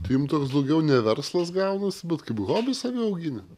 tai jum toks daugiau ne verslas gaunasi bet kaip hobis avių auginim